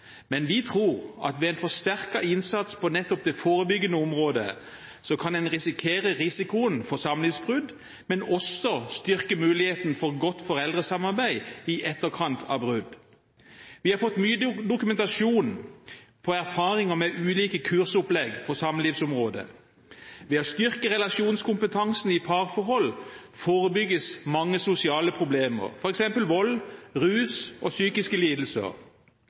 men vi tror at med en forsterket innsats på nettopp det forebyggende området kan man redusere risikoen for samlivsbrudd, men også styrke muligheten for et godt foreldresamarbeid i etterkant av et brudd. Vi har fått mye dokumentasjon på erfaringer med ulike kursopplegg på samlivsområdet. Ved å styrke relasjonskompetansen i parforhold forebygges mange sosiale problemer, f.eks. vold, rus og psykiske lidelser.